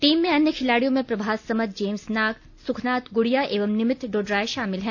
team में अन्य खिलाड़ियों में प्रभात समद जेम्स नाग सुखनाथ गुड़िया एवं निमित्त डोडराय शामिल हैं